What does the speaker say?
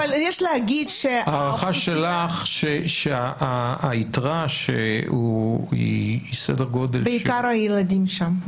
אז ההערכה שלך שהיתרה שהיא סדר גודל של --- בעיקר ילדים שם.